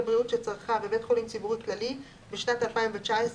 בריאות שצרכה בבית חולים ציבורי כללי בשנת 2019,